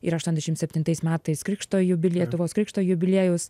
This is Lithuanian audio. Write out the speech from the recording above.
ir aštuoniasdešim septintais metais krikšto jubi lietuvos krikšto jubiliejus